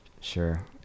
Sure